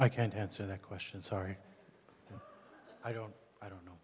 i can't answer that question sorry i don't i don't know